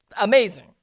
amazing